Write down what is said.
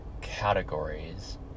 categories